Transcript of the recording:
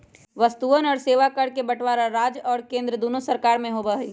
वस्तुअन और सेवा कर के बंटवारा राज्य और केंद्र दुन्नो सरकार में होबा हई